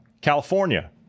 California